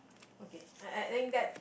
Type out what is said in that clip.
okay I I think that